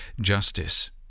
justice